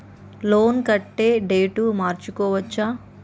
Loan కట్టే date మార్చుకోవచ్చా?